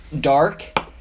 dark